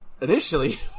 initially